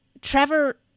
Trevor